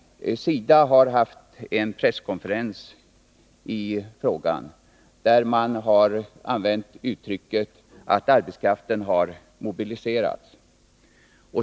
SIDA har haft en presskonferens i frågan, där man har använt uttrycket att arbetskraften har mobiliserats.